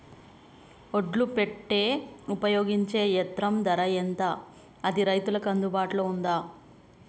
ఒడ్లు పెట్టే ఉపయోగించే యంత్రం ధర ఎంత అది రైతులకు అందుబాటులో ఉందా?